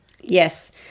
Yes